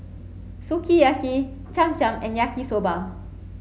Sukiyaki Cham Cham and Yaki Soba